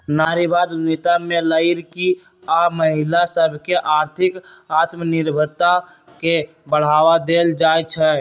नारीवाद उद्यमिता में लइरकि आऽ महिला सभके आर्थिक आत्मनिर्भरता के बढ़वा देल जाइ छइ